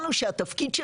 כי